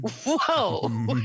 whoa